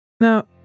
Now